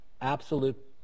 Absolute